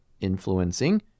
influencing